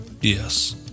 yes